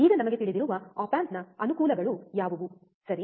ಈಗ ನಮಗೆ ತಿಳಿದಿರುವ ಆಪ್ ಆಂಪ್ನ ಅನುಕೂಲಗಳು ಯಾವುವು ಸರಿ